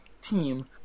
team